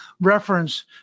reference